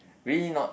really not